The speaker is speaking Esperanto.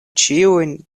ĉiujn